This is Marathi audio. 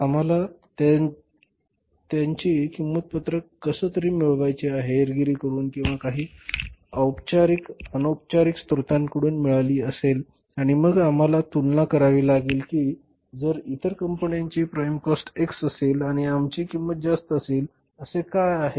आम्हाला त्यांची किंमत पत्रक कसं तरी मिळवायची आहे हेरगिरी करून किंवा काही औपचारिक अनौपचारिक स्त्रोतांकडून मिळाली असेल आणि मग आम्हाला तुलना करावी लागेल की जर इतर कंपनीची प्राईम कॉस्ट X असेल आणि आमची किंमत जास्त असेल असे का आहे